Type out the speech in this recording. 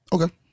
Okay